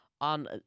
on